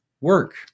work